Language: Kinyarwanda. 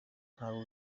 ntawe